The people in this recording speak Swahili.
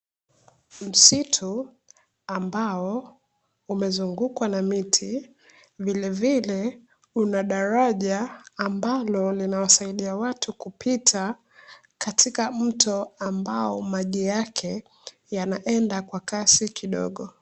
Msitu ambao umezungukwa na miti, vilevile kuna daraja ambalo linawasaidia watu kupita, katika mto ambao maji yake yanaenda kwa kasi kidogo.